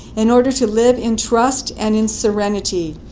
in order to live in trust and in serenity,